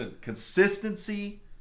consistency